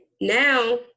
now